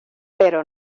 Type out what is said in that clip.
pero